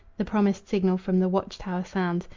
the promised signal from the watchtower sounds,